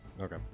Okay